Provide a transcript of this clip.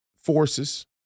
forces